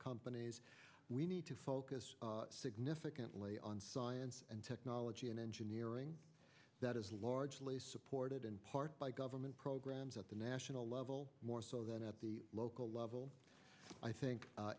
companies we need to focus significantly on science and technology and engineering that is largely supported in part by government programs at the national level more so than at the local level i think